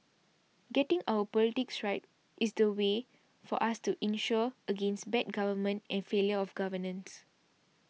getting our politics right is the way for us to insure against bad government and failure of governance